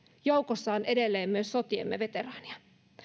joukossa on edelleen myös sotiemme veteraaneja